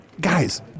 Guys